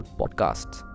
podcasts